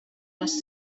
was